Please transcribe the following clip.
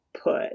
put